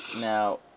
now